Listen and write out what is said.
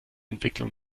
entwicklung